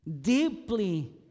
deeply